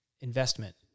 investment